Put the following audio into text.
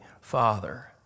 Father